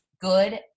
good